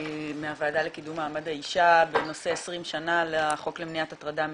מהוועדה לקידום מעמד האישה בנושא 20 שנים לחוק למניעת הטרדה מינית.